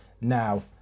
now